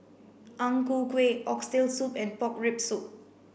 Ang Ku Kueh oxtail soup and pork rib soup